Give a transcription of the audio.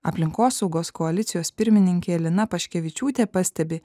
aplinkosaugos koalicijos pirmininkė lina paškevičiūtė pastebi